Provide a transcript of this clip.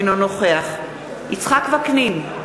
אינו נוכח יצחק וקנין,